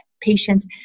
patients